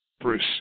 Bruce